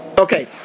Okay